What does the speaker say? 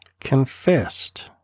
confessed